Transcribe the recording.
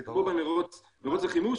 זה כמו במרוץ החימוש,